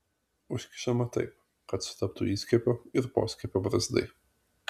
užkišama taip kad sutaptų įskiepio ir poskiepio brazdai